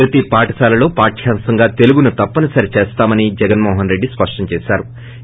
ప్రతి పాఠశాలలో పాఠ్యాంసంగా తెలుగును తప్పని సరి చేస్తామని జగన్ మోహన్ రెడ్డి స్పష్టం చేశారు